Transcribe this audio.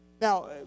Now